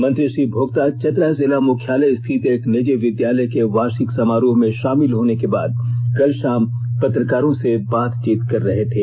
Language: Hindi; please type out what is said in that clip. मंत्री श्री भोक्ता चतरा जिला मुख्यालय स्थित एक निजी विद्यालय के वार्षिक समारोह में शामिल होने के बाद कल शाम पत्रकारों से बातचीत कर रहे थे